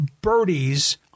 birdies